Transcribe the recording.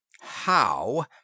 How